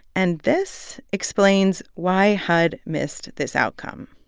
and this explains why hud missed this outcome.